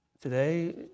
Today